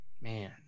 man